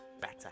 better